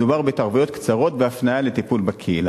מדובר בהתערבויות קצרות ובהפניה לטיפול בקהילה.